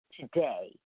today